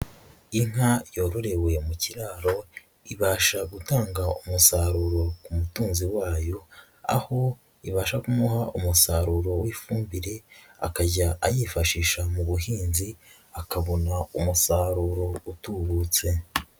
Inka yororewe mu kiraro, ibasha gutanga umusaruro ku mutunzi wayo, aho ibasha kumuha umusaruro w'ifumbire, akajya ayifashisha mu buhinzi, akabona umusaruro utubutse.